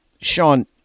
Sean